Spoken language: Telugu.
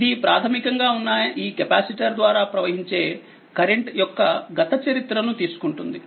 ఇది ప్రాథమికంగా ఉన్న ఈ కెపాసిటర్ ద్వారా ప్రవహించేకరెంట్ యొక్క గత చరిత్రను తీసుకుంటుంది